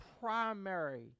primary